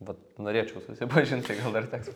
vat norėčiau susipažint tai gal dar teks